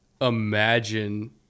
imagine